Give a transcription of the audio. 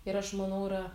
ir aš manau yra